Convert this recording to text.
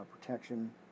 protection